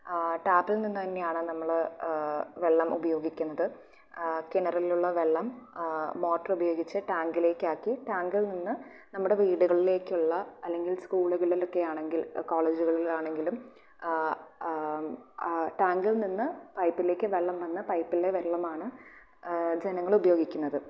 ടാപ്പിൽ നിന്ന് തന്നെയാണ് നമ്മൾ വെള്ളം ഉപയോഗിക്കുന്നത് കിണറിലുള്ള വെള്ളം മോട്ടറുപയോഗിച്ച് ടാങ്കിലേക്ക് ആക്കി ടാങ്കിൽ നിന്ന് നമ്മുടെ വീടുകളിലേക്കുള്ള അല്ലെങ്കിൽ സ്കൂള്കൾലൊക്കെയാണെങ്കിൽ കോളേജുകളിലാണെങ്കിലും ടാങ്കിൽ നിന്ന് പൈപ്പിലേക്ക് വെള്ളം വന്ന് പൈപ്പിലെ വെള്ളമാണ് ജനങ്ങൾ ഉപയോഗിക്കുന്നത്